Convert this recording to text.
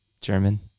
German